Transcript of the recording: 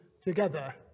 together